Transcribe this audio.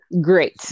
Great